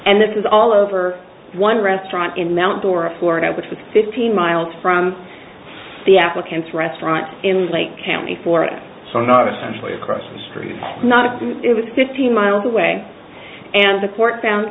and this is all over one restaurant in mount dora florida which was fifteen miles from the applicant's restaurant in lake county florida so not essentially across the street not if it was fifteen miles away and the court found